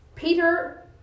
Peter